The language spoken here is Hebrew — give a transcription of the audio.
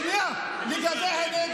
תשמע אותם טוב.